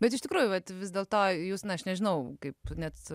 bet iš tikrųjų vat vis dėlto jūs na aš nežinau kaip net